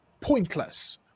pointless